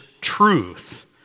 truth